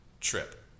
trip